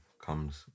comes